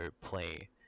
play